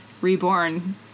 reborn